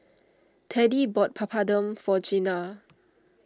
Teddie bought Papadum for Gina